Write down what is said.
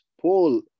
Paul